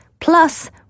plus